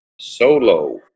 solo